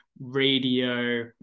radio